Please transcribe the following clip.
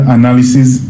analysis